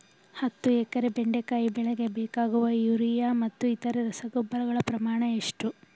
ಹತ್ತು ಎಕರೆ ಬೆಂಡೆಕಾಯಿ ಬೆಳೆಗೆ ಬೇಕಾಗುವ ಯೂರಿಯಾ ಮತ್ತು ಇತರೆ ರಸಗೊಬ್ಬರಗಳ ಪ್ರಮಾಣ ಎಷ್ಟು?